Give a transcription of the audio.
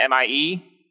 MIE